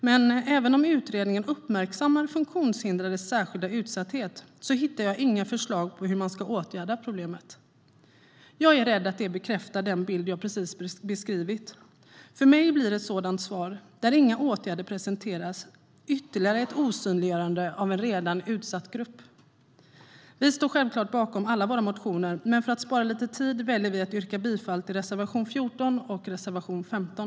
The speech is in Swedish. Men även om utredningen uppmärksammar funktionshindrades särskilda utsatthet hittar jag inga förslag på hur problemet ska åtgärdas. Jag är rädd att det bekräftar den bild jag precis beskrivit. För mig blir ett sådant svar, där inga åtgärder presenteras, ytterligare ett osynliggörande av en redan utsatt grupp. Vi står självklart bakom alla våra motioner, men för att spara lite tid väljer vi att yrka bifall till reservation 14 och reservation 15.